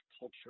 culture